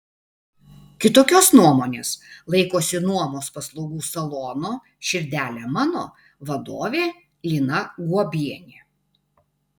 kitokios nuomonės laikosi nuomos paslaugų salono širdele mano vadovė lina guobienė